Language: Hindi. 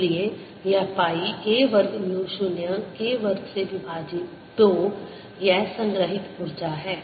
इसलिए यह पाई a वर्ग म्यू 0 K वर्ग से विभाजित 2 वह संग्रहीत ऊर्जा है